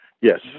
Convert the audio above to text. Yes